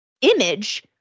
image